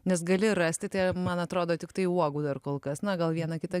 nes gali rasti tai man atrodo tiktai uogų dar kol kas na gal vieną kitą